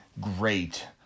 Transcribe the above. great